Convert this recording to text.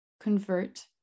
convert